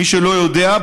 מי שלא יודע,